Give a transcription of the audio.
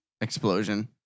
explosion